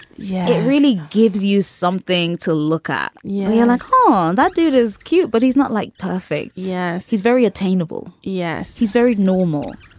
yeah. it really gives you something to look at. you and call that dude is cute but he's not like perfect. yes. he's very attainable. yes, he's very normal.